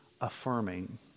affirming